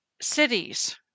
cities